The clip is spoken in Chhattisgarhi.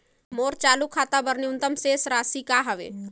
मोर चालू खाता बर न्यूनतम शेष राशि का हवे?